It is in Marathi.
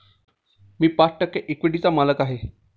मी पाच टक्के इक्विटीचा मालक आहे